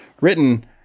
written